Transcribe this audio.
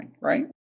right